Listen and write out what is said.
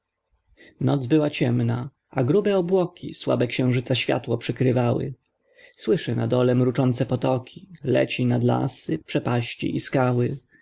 noc była ciemna a grube obłoki słabe xiężyca światło przykrywały słyszy na dole mruczące potoki leci nad lasy przepaści i skały